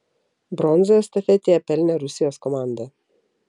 bronzą estafetėje pelnė rusijos komanda